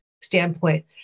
standpoint